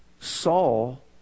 Saul